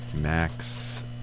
Max